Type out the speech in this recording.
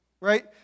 Right